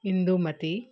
Indumati